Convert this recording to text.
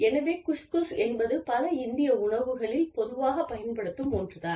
எனவே குஸ் குஸ் என்பது பல இந்திய உணவுகளில் பொதுவாகப் பயன்படுத்தப்படும் ஒன்று தான்